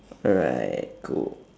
alright cool